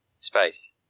Space